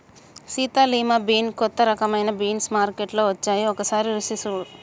Sita lima bean కొత్త రకమైన beans మార్కేట్లో వచ్చాయి ఒకసారి రుచి సుడు